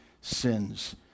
sins